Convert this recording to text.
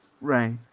Right